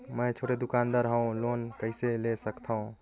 मे छोटे दुकानदार हवं लोन कइसे ले सकथव?